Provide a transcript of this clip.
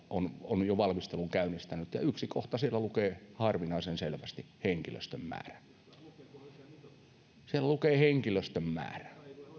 on jo valmistelun käynnistänyt ja yksi kohta siellä lukee harvinaisen selvästi henkilöstön määrä siellä lukee henkilöstön määrä